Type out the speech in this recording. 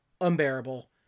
unbearable